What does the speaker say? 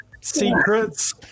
secrets